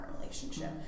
relationship